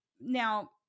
Now